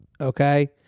okay